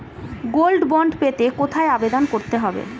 Gold bond পেতে কোথায় আবেদন করতে হবে?